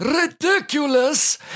ridiculous